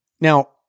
Now